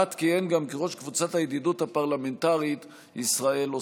פת כיהן גם כראש קבוצת הידידות הפרלמנטרית ישראל-אוסטרליה.